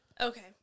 Okay